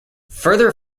further